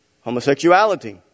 Homosexuality